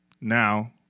Now